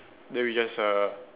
then we just uh